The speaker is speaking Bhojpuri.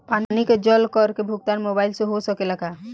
पानी के जल कर के भुगतान मोबाइल से हो सकेला का?